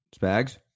Spags